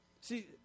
See